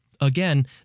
Again